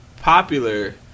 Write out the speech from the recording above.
popular